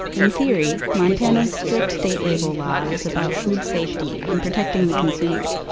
in theory, montana's strict date label law is about food safety and protecting the consumer,